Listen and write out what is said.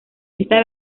esta